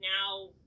now